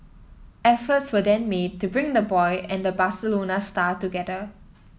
efforts were then made to bring the boy and the Barcelona star together